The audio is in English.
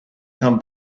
come